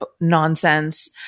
nonsense